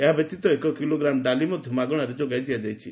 ଏହା ବ୍ୟତୀତ ଏକ କିଲୋଗ୍ରାମ ଡାଲି ମଧ୍ଧ ମାଗଣାରେ ଦିଆଯାଇଛି